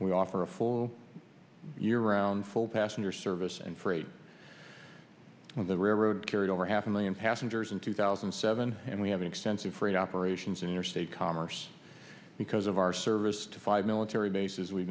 we offer a full year round full passenger service and freight the railroad carry over half a million passengers in two thousand and seven and we have extensive freight operations in interstate commerce because of our service to five military bases we've